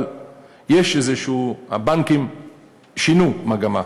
אבל הבנקים שינו מגמה,